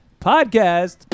Podcast